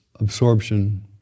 absorption